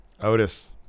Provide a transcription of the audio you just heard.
Otis